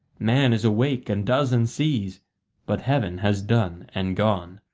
man is awake and does and sees but heaven has done and gone.